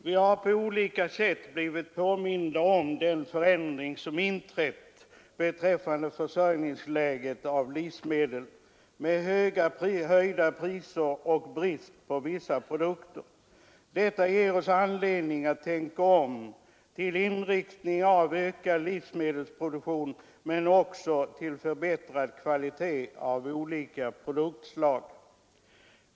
Vi har på olika sätt blivit påminda om den förändring som inträtt beträffande försörjningsläget av livsmedel med höjda priser och brist på vissa produkter. Detta ger oss anledning att tänka om, för en inriktning mot ökad livsmedelsproduktion men också för en förbättrad kvalitet på olika produktslag.